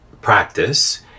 practice